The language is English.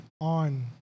on